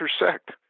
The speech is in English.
intersect